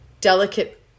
delicate